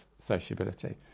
sociability